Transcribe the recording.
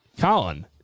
Colin